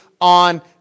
on